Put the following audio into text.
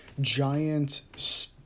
giant